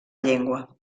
llengua